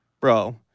bro